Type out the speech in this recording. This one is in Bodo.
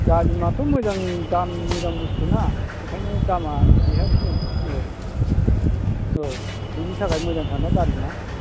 दालिमाथ' मोजां दामि मोजां बुस्तुना ओंखायनो दामा बेहा एसे बांसिन औ औ थैनि थाखाय मोजांथारना दालिमा